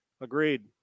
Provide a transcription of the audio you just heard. Agreed